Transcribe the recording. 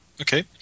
okay